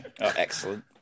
Excellent